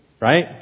Right